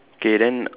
okay then